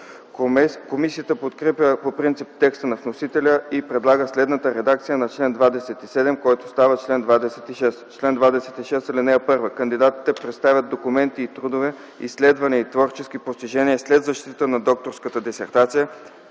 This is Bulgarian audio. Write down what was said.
Комисията подкрепя по принцип текста на вносителя и предлага следната редакция на чл. 27, който става чл. 26: „Чл. 26. (1) Кандидатите представят документи и трудове, изследвания и творчески постижения след защита на докторска дисертация,